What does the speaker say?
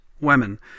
women